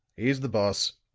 he's the boss.